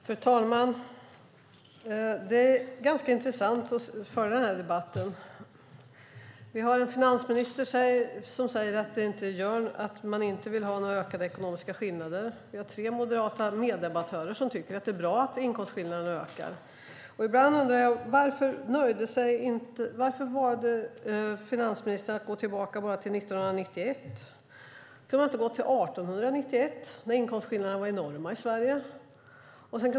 Fru talman! Det är ganska intressant att föra denna debatt. Vi har en finansminister som säger att man inte vill ha ökade ekonomiska skillnader. Vi har tre moderata meddebattörer som tycker att det är bra att inkomstskillnaderna ökar. Varför valde finansministern att bara gå tillbaka till 1991? Kunde han inte gå tillbaka till 1891, när inkomstskillnaderna var enorma i Sverige?